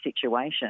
situation